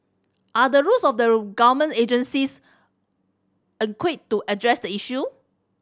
are the rules of the government agencies adequate to address the issue